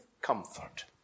comfort